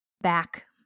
back